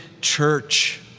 church